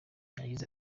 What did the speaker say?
yagize